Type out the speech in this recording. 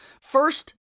first